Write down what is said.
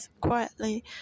quietly